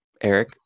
Eric